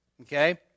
okay